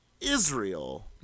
Israel